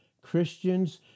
Christians